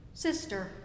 Sister